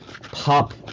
pop